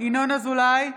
ינון אזולאי,